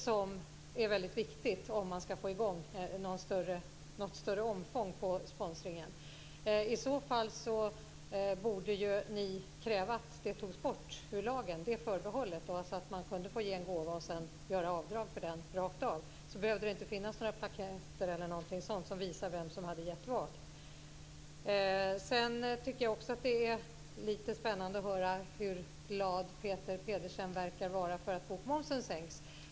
Det är viktigt om det ska gå att få i gång något större omfång på sponsringen. I så fall borde ni kräva att förbehållet tas bort ur lagen så att det går att ge en gåva och göra avdrag för den rakt av. Då behövs det inga plaketter e.d. som visar vem som har gett vad. Det är lite spännande att höra hur glad Peter Pedersen verkar vara för att bokmomsen sänks.